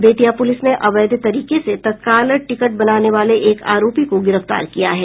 Bettiah police ने अवैध तरीके से तत्तकाल टिकट बनाने वाले एक आरोपी को गिरफ्तार किया है